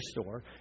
store